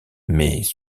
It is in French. mais